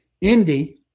Indy